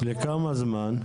לכמה זמן?